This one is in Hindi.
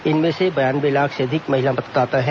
इनमें से बयानवे लाख से अधिक महिला मतदाता हैं